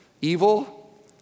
evil